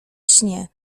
śnie